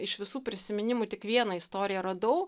iš visų prisiminimų tik vieną istoriją radau